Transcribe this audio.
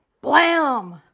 blam